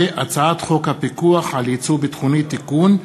הצעת חוק הפיקוח על ייצוא ביטחוני (תיקון),